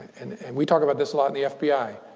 and we talk about this a lot of the fbi.